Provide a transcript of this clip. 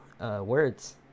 words